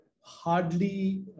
hardly